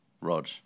Rog